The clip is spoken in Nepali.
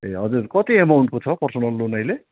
ए हजुर कति एमाउन्टको छ पर्सनल लोन अहिले